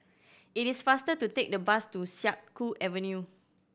it is faster to take the bus to Siak Kew Avenue